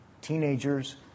teenagers